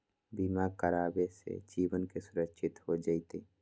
बीमा करावे से जीवन के सुरक्षित हो जतई?